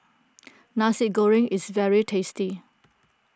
Nasi Goreng is very tasty